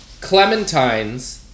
Clementine's